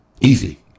Easy